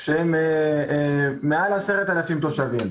שבעת בתי החולים הציבוריים הם בנצרת שם יש שלושה בתי חולים,